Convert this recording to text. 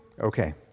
Okay